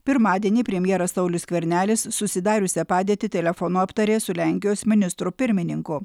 pirmadienį premjeras saulius skvernelis susidariusią padėtį telefonu aptarė su lenkijos ministru pirmininku